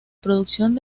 producción